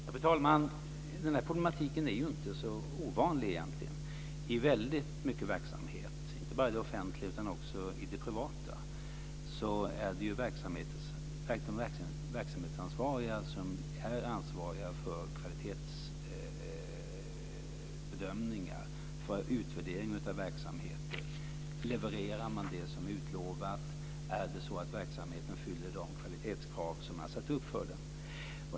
Fru talman! Den här problematiken är inte ovanlig i många olika former av verksamhet, inte bara i det offentliga utan också i det privata. Det är den verksamhetsansvariga som är ansvarig för kvalitetsbedömningar och utvärdering av verksamheter. Levererar man det som är utlovat? Fyller verksamheten de kvalitetskrav man har satt upp för den?